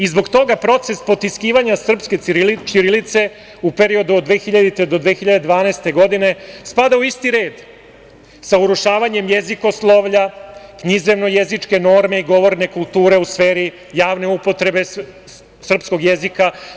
Zbog toga proces potiskivanja srpske ćirilice u periodu od 2000. godine do 2012. godine spada u isti red sa urušavanjem jezikoslovlja, književno jezičke norme, govorne kulture u sferi javne upotrebe srpskog jezika.